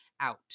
out